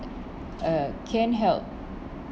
uh can help